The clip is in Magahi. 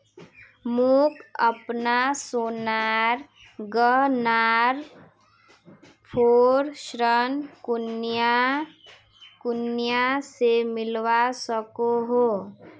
मोक अपना सोनार गहनार पोर ऋण कुनियाँ से मिलवा सको हो?